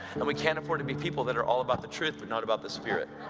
and we can't afford to be people that are all about the truth but not about the spirit.